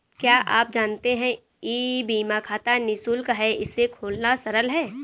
क्या आप जानते है ई बीमा खाता निशुल्क है, इसे खोलना सरल है?